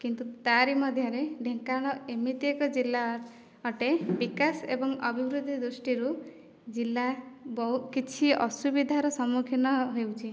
କିନ୍ତୁ ତାହାରି ମଧ୍ୟରେ ଢେଙ୍କାନାଳ ଏମିତି ଏକ ଜିଲ୍ଲା ଅଟେ ବିକାଶ ଏବଂ ଅଭିବୃଦ୍ଧି ଦୃଷ୍ଟିରୁ ଜିଲ୍ଲା ବହୁତ କିଛି ଅସୁବିଧାର ସମ୍ମୁଖୀନ ହେଉଛି